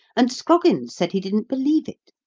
and scroggins said he didn't believe it.